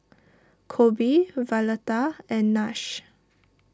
Coby Violeta and Nash